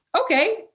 okay